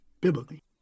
biblically